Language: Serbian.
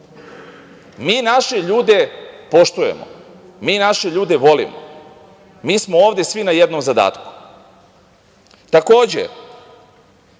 mi naše ljude poštujemo. Mi naše ljude volimo. Mi smo ovde svi na jednom zadatku. Takođe,